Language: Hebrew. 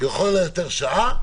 לכל היותר שעה,